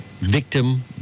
victim